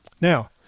Now